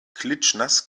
klitschnass